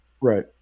Right